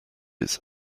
its